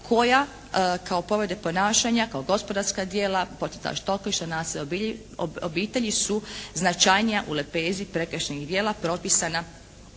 koja kao povrede ponašanja, kao gospodarska djela, …/Govornik se ne razumije./… okoliša, nasilja u obitelji su značajnija u lepezi prekršajnih dijela propisana